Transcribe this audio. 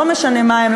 לא משנה מה הם,